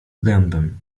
dębem